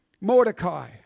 Mordecai